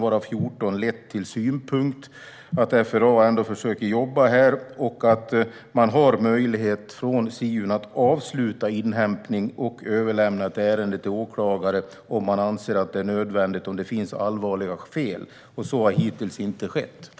14 av dessa ärenden har lett till synpunkter, och FRA försöker ändå jobba i detta sammanhang. Man har möjlighet från Siun att avsluta inhämtning och överlämna ett ärende till åklagare om man anser att det är nödvändigt och om det finns allvarliga fel. Så har hittills inte skett.